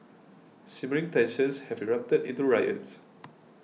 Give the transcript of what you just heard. simmering tensions have erupted into riots